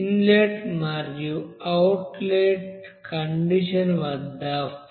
inlet మరియు outlet condition వద్ద